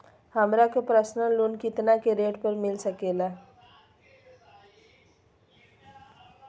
हमरा के personal loan कितना के रेट पर मिलता सके ला?